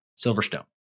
Silverstone